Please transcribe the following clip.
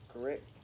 correct